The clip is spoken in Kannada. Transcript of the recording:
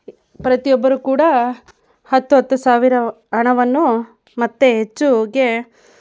ಪ್ರತಿಯೊಬ್ಬರು ಕೂಡ ಹತ್ತು ಹತ್ತು ಸಾವಿರ ಹಣವನ್ನು ಮತ್ತೆ ಹೆಚ್ಚಿಗೆ